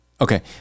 Okay